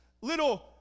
little